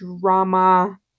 drama